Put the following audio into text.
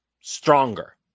stronger